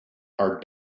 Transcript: are